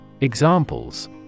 Examples